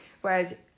whereas